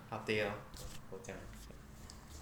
half day lor 这样